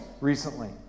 recently